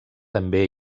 també